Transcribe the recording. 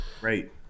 great